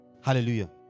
Hallelujah